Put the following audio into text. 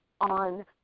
on